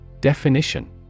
Definition